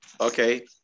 Okay